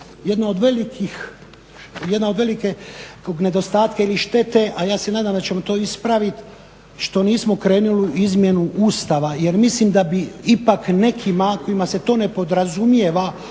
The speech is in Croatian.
jedna od velikog nedostatka ili štete a ja se nadam da ćemo to ispraviti što nismo krenuli u izmjenu Ustava jer mislim da bi ipak nekima kojima se to ne podrazumijeva Ustavom